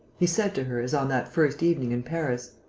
he said to her, as on that first evening in paris